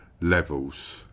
Levels